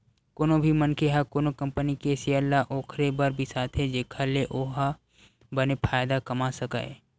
कोनो भी मनखे ह कोनो कंपनी के सेयर ल ओखरे बर बिसाथे जेखर ले ओहा बने फायदा कमा सकय